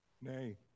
Nay